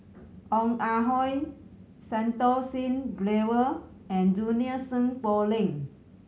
Ong Ah Hoi Santokh Singh Grewal and Junie Sng Poh Leng